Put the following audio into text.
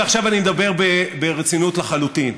ועכשיו אני מדבר ברצינות לחלוטין,